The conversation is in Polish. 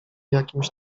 jakimś